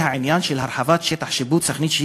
העניין של הרחבת שטח שיפוט סח'נין,